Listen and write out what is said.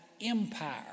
empire